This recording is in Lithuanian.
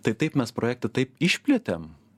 tai taip mes projektą taip išplėtėm